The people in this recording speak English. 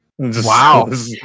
Wow